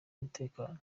umutekano